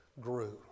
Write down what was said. grew